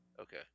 Okay